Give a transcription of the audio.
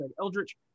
Eldritch